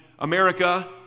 America